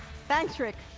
thanks, rick.